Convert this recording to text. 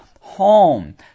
home